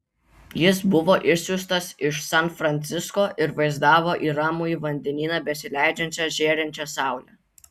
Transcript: jis buvo išsiųstas iš san francisko ir vaizdavo į ramųjį vandenyną besileidžiančią žėrinčią saulę